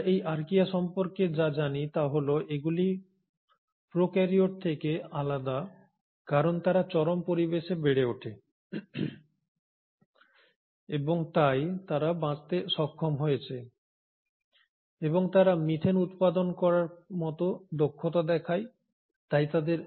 আমরা এই আর্কিয়া সম্পর্কে যা জানি তা হল এগুলি প্রোক্যারিওট থেকে আলাদা কারণ তারা চরম পরিবেশে বেড়ে ওঠে এবং তাই তারা বাঁচতে সক্ষম হয়েছে এবং তারা মিথেন উৎপাদন করার মতো দক্ষতা দেখায় তাই তাদের